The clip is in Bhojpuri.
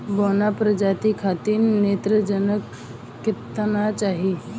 बौना प्रजाति खातिर नेत्रजन केतना चाही?